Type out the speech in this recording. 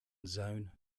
zone